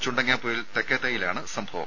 ചുണ്ടങ്ങാപ്പൊയിൽ തെക്കേത്തൈയിലാണ് സംഭവം